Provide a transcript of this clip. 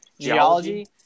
Geology